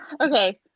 Okay